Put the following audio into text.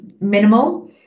minimal